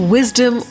Wisdom